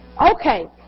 Okay